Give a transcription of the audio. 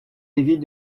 évite